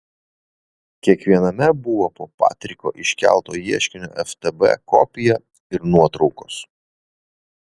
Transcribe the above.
kiekviename buvo po patriko iškelto ieškinio ftb kopiją ir nuotraukos